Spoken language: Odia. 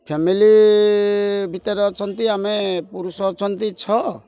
ଫ୍ୟାମିଲି ଭିତରେ ଅଛନ୍ତି ଆମେ ପୁରୁଷ ଅଛନ୍ତି ଛଅ